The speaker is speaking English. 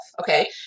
Okay